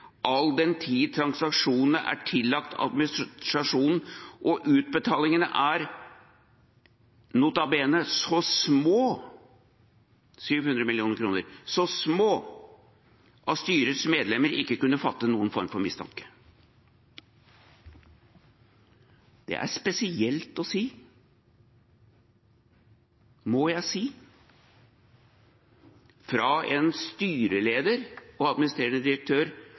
all den tid transaksjonene er tillagt administrasjonen og utbetalingene er, notabene, så små, 700 mill. kr, at styrets medlemmer ikke kunne fatte noen form for mistanke. Det er spesielt å si, må jeg si, for en styreleder og administrerende direktør